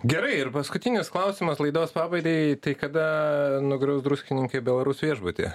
gerai ir paskutinis klausimas laidos pabaigai tai kada nugriaus druskininkai belorus viešbutį